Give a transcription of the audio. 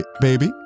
Baby